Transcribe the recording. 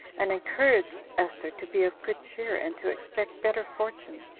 and encouraged esther to be of good cheer, and to expect better fortune,